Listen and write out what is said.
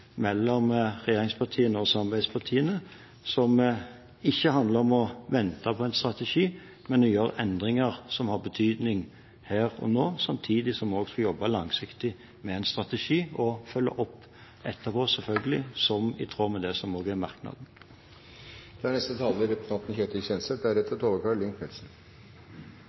mellom regjeringspartiene og samarbeidspartiene, som ikke handler om å vente på en strategi, men om å gjøre endringer som har betydning her og nå. Samtidig skal vi også jobbe langsiktig med en strategi og etterpå – selvfølgelig – følge opp i tråd med det som også er merknaden.